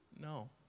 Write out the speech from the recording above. No